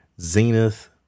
Zenith